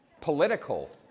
political